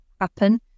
happen